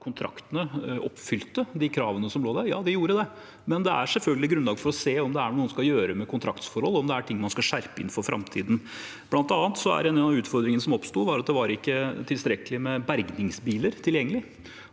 kontraktene, oppfylte de kravene som lå der, viser at ja, de gjorde det. Det er selvfølgelig grunnlag for å se på om det er noe en skal gjøre med kontraktsforholdene, om det er noe man skal skjerpe inn for framtiden. Blant annet er en av utfordringene som oppsto, at det ikke var tilstrekkelig med bergingsbiler tilgjengelig.